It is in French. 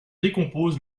décompose